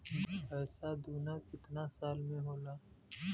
पैसा दूना कितना साल मे होला?